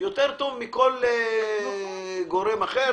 זה יותר טוב מכל גורם אחר.